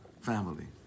family